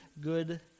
good